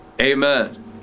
Amen